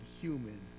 human